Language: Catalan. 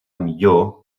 millor